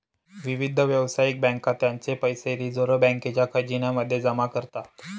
विविध व्यावसायिक बँका त्यांचे पैसे रिझर्व बँकेच्या खजिन्या मध्ये जमा करतात